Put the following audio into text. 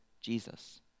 Jesus